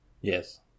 Yes